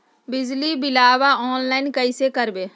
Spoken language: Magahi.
बिजली बिलाबा ऑनलाइन कैसे करबै?